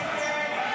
הסתייגות